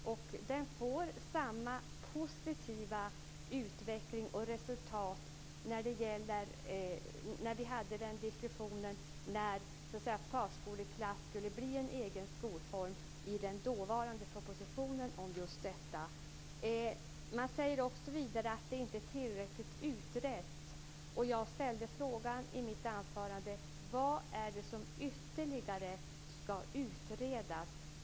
Kommer det att bli samma positiva utveckling och resultat som när vi hade diskussionen om att förskoleklassen skulle bli en egen skolform med anledning av den dåvarande propositionen om just detta? Man säger vidare att det inte är tillräckligt utrett. I mitt anförande ställde jag frågan: Vad är det som ytterligare skall utredas?